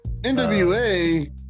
NWA